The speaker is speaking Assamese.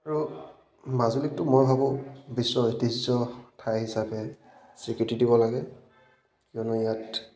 আৰু মাজুলীকতো মই ভাবোঁ বিশ্ব ঐতিহ্য ঠাই হিচাপে স্বীকৃতি দিব লাগে কিয়নো ইয়াত